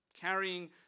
carrying